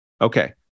Okay